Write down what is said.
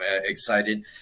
excited